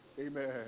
Amen